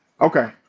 Okay